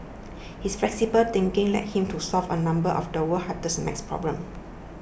his flexible thinking led him to solve a number of the world's hardest math problems